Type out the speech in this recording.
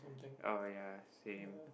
oh ya same